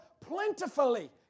plentifully